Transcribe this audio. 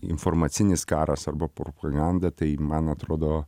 informacinis karas arba propaganda tai man atrodo